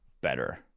better